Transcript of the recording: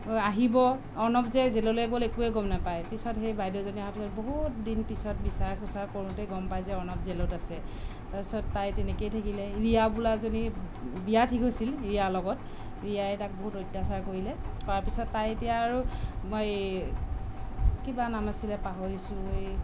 আহিব অৰ্ণৱ যে জেললৈ গ'ল একোৱে গম নাপায় পিছত সেই বাইদেউজনী অহা পিছত বহুত দিন পিছত বিচাৰ খোঁচাৰ কৰোঁতে গম পাই যে অৰ্ণৱ জেলত আছে তাৰপিছত তাই তেনেকেই থাকিলে ৰিয়া বোলাজনী বিয়া ঠিক হৈছিল ৰিয়াৰ লগত ৰিয়াই তাক বহুত অত্যাচাৰ কৰিলে কৰাৰ পিছত তাই এতিয়া আৰু সেই কিবা নাম আছিলে পাহৰিছোঁ এই